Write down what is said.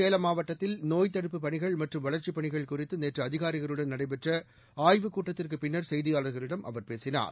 சேலம் மாவட்டத்தில் நோப்த் தடுப்புப் பணிகள் மற்றம் வளர்ச்சிப் பணிகள் குறித்து நேற்று அதிகாரிகளுடன் நடைபெற்ற ஆய்வுக் கூட்டத்திற்குப் பின்னர் செய்தியாளர்களிடம் அவர் பேசிணர்